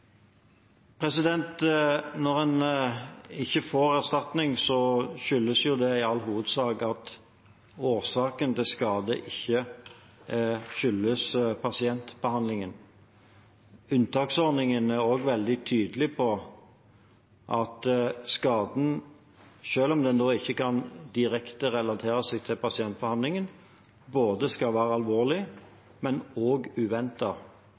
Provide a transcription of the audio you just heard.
Når en ikke får erstatning, skyldes det i all hovedsak at årsaken til skaden ikke er pasientbehandlingen. Unntaksordningen er også veldig tydelig på at skaden, selv om den ikke direkte kan relateres til pasientbehandlingen, skal være både alvorlig og uventet – ikke alvorlig eller uventet, men alvorlig og